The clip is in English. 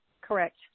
correct